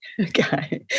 Okay